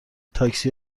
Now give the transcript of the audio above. تاکسی